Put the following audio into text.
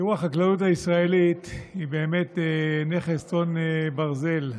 החקלאות הישראלית היא באמת נכס צאן ברזל.